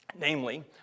namely